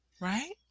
right